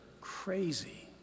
Crazy